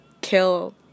Kill